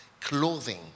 clothing